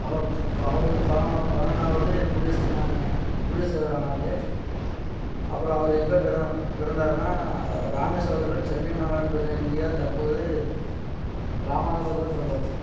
அப்புறம் அவர் வந்து ப பதினொன்னாவது குடியரசு தின குடியரசு தலைவர் ஆனார் அப்புறம் அவர் எங்கள் பிற பிறந்தாருனா ராமேஸ்வரத்தில் உள்ள சென்னை மாகாணம் இந்தியா தற்போது ராமநாதபுரத்தில் தான் பிறந்தார்